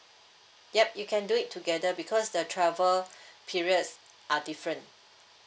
yup you can do it together because the travel periods are different